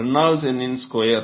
Reynolds எண்ணின் square